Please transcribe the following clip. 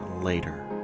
later